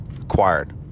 acquired